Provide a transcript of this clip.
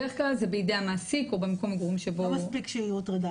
בד"כ זה בידי המעסיק או במקום המגורים לא מספיק שהיא הוטרדה,